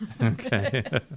Okay